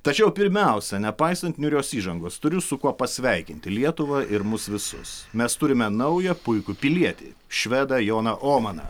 tačiau pirmiausia nepaisant niūrios įžangos turiu su kuo pasveikinti lietuvą ir mus visus mes turime naują puikų pilietį švedą joną omaną